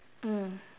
mm